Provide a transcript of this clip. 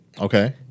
Okay